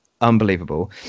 unbelievable